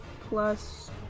plus